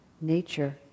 nature